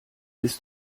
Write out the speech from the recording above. ist